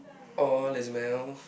all is well